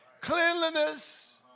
cleanliness